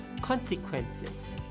consequences